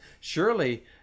Surely